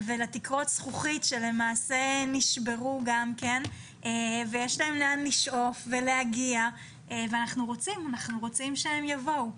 ולתקרות זכוכית שנשברו ויש להם לא לשאוף ולהגיע ואנחנו רוצים שהם יבואו.